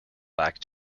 back